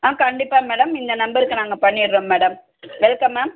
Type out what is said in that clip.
ஆ கண்டிப்பாக மேடம் இந்த நம்பருக்கு நாங்கள் பண்ணிடுறோம் மேடம் வெல்கம் மேம்